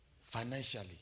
financially